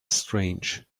strange